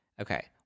Okay